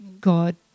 God